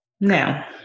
Now